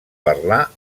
parlar